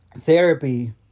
therapy